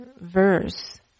verse